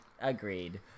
Agreed